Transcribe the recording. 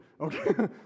Okay